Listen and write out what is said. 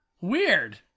Weird